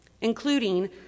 including